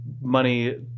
money